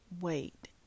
wait